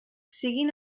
siguin